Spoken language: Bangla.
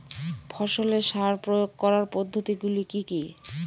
ফসলে সার প্রয়োগ করার পদ্ধতি গুলি কি কী?